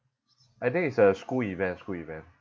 I think it's a school event school event